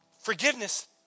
forgiveness